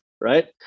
right